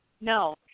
No